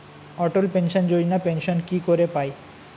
অটল pension Yojana pension কি করে পায়?